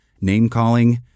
name-calling